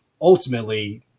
ultimately